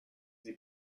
sie